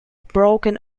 broken